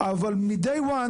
אבל מהיום הראשון,